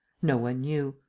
no one knew.